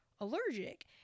allergic